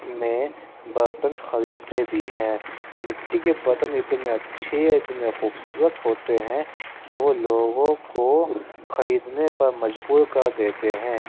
میں برتن خریدتے بھی ہیں مٹی کے برتن اتنے اچھے اتنے خوبصورت ہوتے ہیں کہ وہ لوگوں کو خریدنے پر مجبور کردیتے ہیں